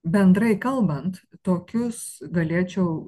bendrai kalbant tokius galėčiau